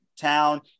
town